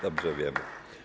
Dobrze wiemy.